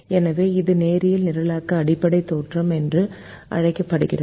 எனவே இது நேரியல் நிரலாக்கத்தின் அடிப்படை தேற்றம் என்று அழைக்கப்படுகிறது